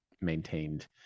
maintained